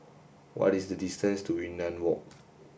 what is the distance to Yunnan Walk